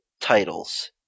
titles